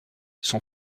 son